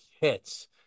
hits